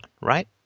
right